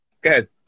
good